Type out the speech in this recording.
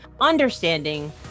understanding